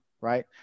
Right